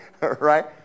Right